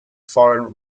foreign